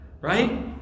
right